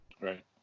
Right